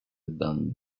данные